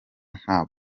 nta